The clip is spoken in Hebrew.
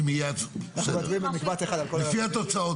בסדר, לפני התוצאות, נראה.